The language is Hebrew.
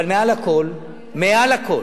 אבל מעל הכול, מעל הכול,